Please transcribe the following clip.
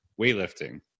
weightlifting